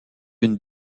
une